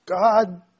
God